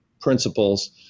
principles